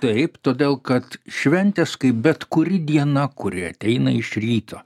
taip todėl kad šventės kaip bet kuri diena kuri ateina iš ryto